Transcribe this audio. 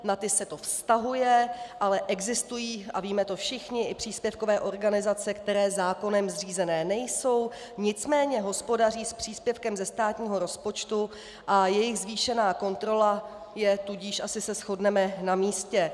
Na ty se to vztahuje, ale existují, a víme to všichni, i příspěvkové organizace, které zákonem zřízeny nejsou, nicméně hospodaří s příspěvkem ze státního rozpočtu a jejich zvýšená kontrola je tudíž, asi se shodneme, namístě.